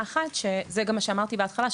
וזה גם מה שאמרתי בהתחלה,